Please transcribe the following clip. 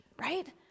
right